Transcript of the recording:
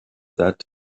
that